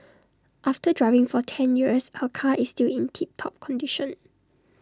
after driving for ten years her car is still in tip top condition